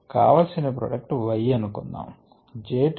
కావలసిన product Y అనుకుందాము